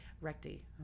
Recti